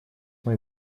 мой